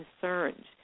concerns